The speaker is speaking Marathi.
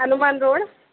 हनुमान रोड